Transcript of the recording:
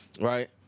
Right